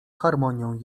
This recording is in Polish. harmonią